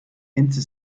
into